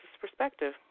Perspective